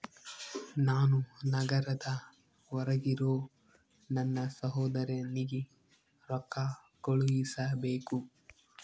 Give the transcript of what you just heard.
ನಾನು ನಗರದ ಹೊರಗಿರೋ ನನ್ನ ಸಹೋದರನಿಗೆ ರೊಕ್ಕ ಕಳುಹಿಸಬೇಕು